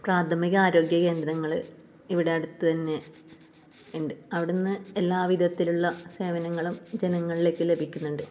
പ്രാഥമിക ആരോഗ്യ കേന്ദ്രങ്ങൾ ഇവിടെ അടുത്തു തന്നെ ഉണ്ട് അവിടുന്ന് എല്ലാ വിധത്തിലുള്ള സേവനങ്ങളും ജനങ്ങളിലേക്ക് ലഭിക്കുന്നുണ്ട്